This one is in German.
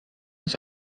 aus